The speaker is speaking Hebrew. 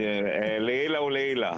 לעילא ולעילא.